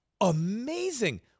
amazing